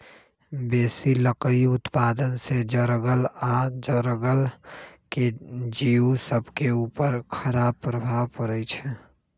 बेशी लकड़ी उत्पादन से जङगल आऽ जङ्गल के जिउ सभके उपर खड़ाप प्रभाव पड़इ छै